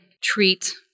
treat